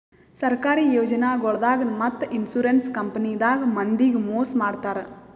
ಸರ್ಕಾರಿ ಯೋಜನಾಗೊಳ್ದಾಗ್ ಮತ್ತ್ ಇನ್ಶೂರೆನ್ಸ್ ಕಂಪನಿದಾಗ್ ಮಂದಿಗ್ ಮೋಸ್ ಮಾಡ್ತರ್